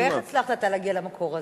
ואיך הצלחת אתה להגיע למקור הזה?